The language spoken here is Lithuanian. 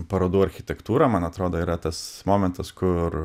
parodų architektūra man atrodo yra tas momentas kur